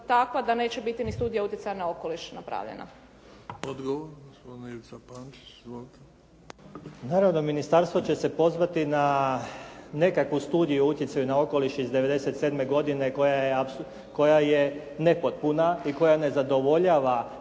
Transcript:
takva da neće biti ni studija utjecaja na okoliš napravljena. **Bebić, Luka (HDZ)** Odgovor gospodin Ivica Pančić. Izvolite. **Pančić, Ivica (SDP)** Naravno da ministarstvo će se pozvati na nekakvu studiju o utjecaju na okoliš iz 1997. godine koja je nepotpuna i koja ne zadovoljava